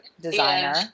designer